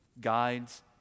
guides